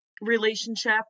relationship